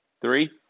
three